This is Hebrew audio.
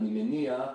אני מניח,